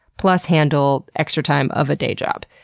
plus handle extra time of a day job.